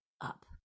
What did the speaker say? up